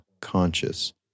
conscious